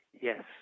yes